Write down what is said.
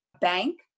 bank